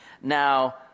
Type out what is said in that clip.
now